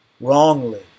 wrongly